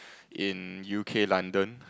in U_K London